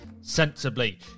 sensibly